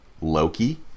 Loki